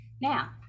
Now